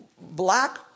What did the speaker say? black